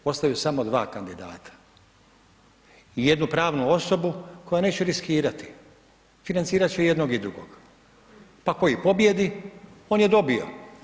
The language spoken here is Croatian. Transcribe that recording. Postoje samo 2 kandidata i jednu pravnu osobu koja neće riskirati, financirati će i jednog i drugog, pa koji pobjedi, on je dobio.